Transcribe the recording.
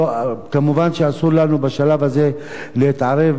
מובן שאסור לנו בשלב הזה להתערב,